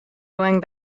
going